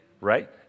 right